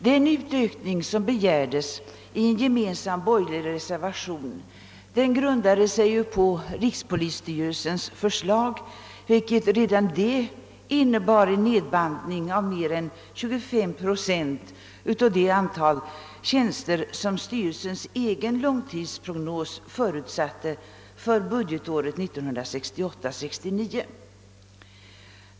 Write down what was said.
Den utökning som begärdes i en gemensam borgerlig reservation grundade sig på rikspolisstyrelsens förslag, vilket redan det innebar en nedbantning av mer än 25 procent av det antal tjänster som styrelsens egen långtidsprognos förutsatte för budgetåret 1968/69.